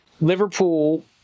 Liverpool